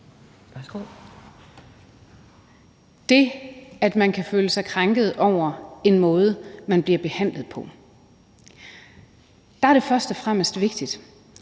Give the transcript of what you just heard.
hvor man kan føle sig krænket over en måde, man bliver behandlet på, er det først og fremmest vigtigt,